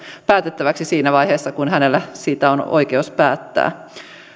päätettäväksi siinä vaiheessa kun hänellä siitä on oikeus päättää